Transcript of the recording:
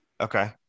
Okay